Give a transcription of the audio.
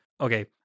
okay